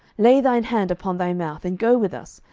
lay thine hand upon thy mouth, and go with us,